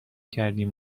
کردیم